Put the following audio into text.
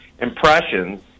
impressions